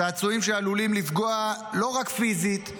צעצועים שעלולים לפגוע לא רק פיזית,